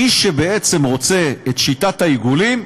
מי שבעצם רוצה את שיטת העיגולים,